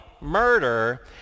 murder